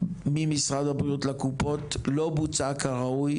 אין דבר שבו לא נפגעים הנגב והגליל,